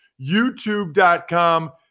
youtube.com